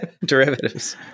Derivatives